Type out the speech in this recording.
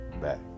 back